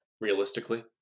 realistically